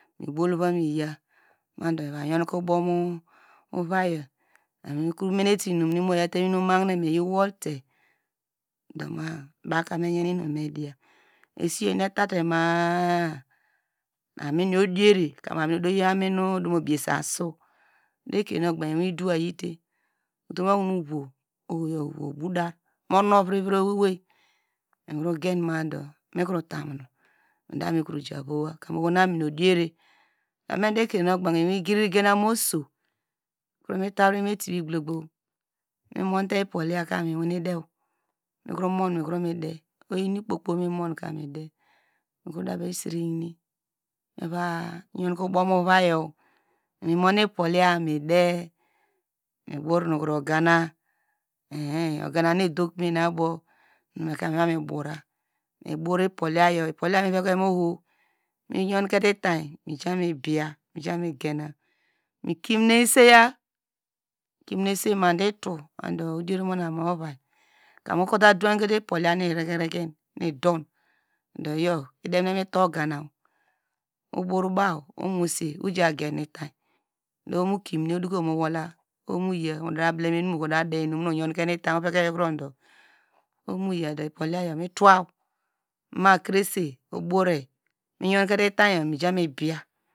Mibol va miya madu eva yonke ubomu uvaiyo, mi menete inum, imo eyate nu inum mahine eyi wolte do ma bawka me yan inum midiya, esiyo eni etate ma- a, amuyor odire, ka amin odoyi onu odu biyese asu do ekrenu ogbaanke iwindu iyete, utum okonu uvuwo ohoyo uvuwo uba dar mu nuvri oyei, migen ma do mikro tamuno midami javowa, kam oho nu amin odiyere, ekrenu ogbanke mu iwin igriri ginam oso mita mu etibigloglo, mimom ipohyaka, mikromede imo ikpo kpo mi monka mede, mikri davayi sirehine, meva yonke ubow muvayor, mumo ipoliyimide mi bor nu ogana, ogana nu edo kumen misere hine ipohya miveke mi oho miyokete itany mijani biye mijamigena, mikimine saya madu itu odier muname ova, kam okrota dowkete ipohya nu irikiriki, idon iyor idemine mito ogana ubor baw omuwose ojagen itany, dow oho mu kimi ne odokum mowola, moya odata blema enu oho muderiye mituwa, makrese miyonkete itany miya mi biya.